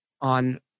on